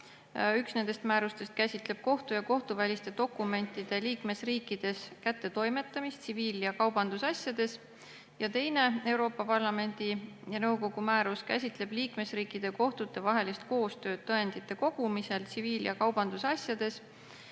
Üks nendest määrustest käsitleb kohtu- ja kohtuväliste dokumentide liikmesriikides kättetoimetamist tsiviil- ja kaubandusasjades ja teine Euroopa Parlamendi ja nõukogu määrus käsitleb liikmesriikide kohtute vahelist koostööd tõendite kogumisel tsiviil- ja kaubandusasjades.